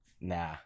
nah